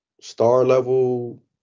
star-level